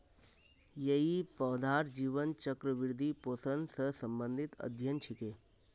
यई पौधार जीवन चक्र, वृद्धि, पोषण स संबंधित अध्ययन छिके